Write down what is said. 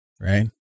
right